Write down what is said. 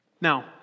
Now